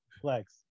Flex